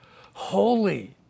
holy